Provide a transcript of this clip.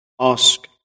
ask